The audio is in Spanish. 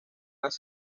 las